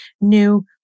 new